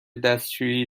دستشویی